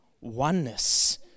oneness